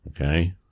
Okay